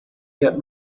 get